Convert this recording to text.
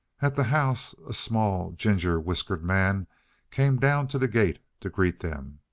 at the house a small, ginger-whiskered man came down to the gate to greet them.